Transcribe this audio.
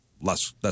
less